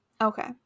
Okay